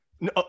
no